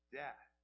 death